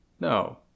No